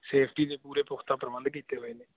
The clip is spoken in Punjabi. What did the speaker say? ਸੇਫਟੀ ਦੇ ਪੂਰੇ ਪੁਖਤਾ ਪ੍ਰਬੰਧ ਕੀਤੇ ਹੋਏ ਨੇ